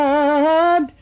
God